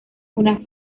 una